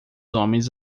homens